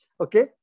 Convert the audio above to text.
okay